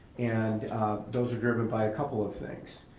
and those are driven by a couple of things.